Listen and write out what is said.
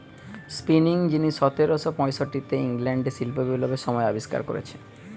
spinning যিনি সতেরশ পয়ষট্টিতে ইংল্যান্ডে শিল্প বিপ্লবের সময় আবিষ্কার কোরেছে